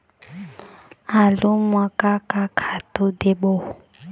आलू म का का खातू देबो?